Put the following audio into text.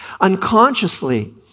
Unconsciously